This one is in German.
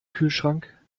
kühlschrank